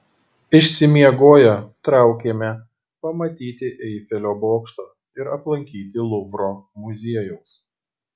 išsimiegoję traukėme pamatyti eifelio bokšto ir aplankyti luvro muziejaus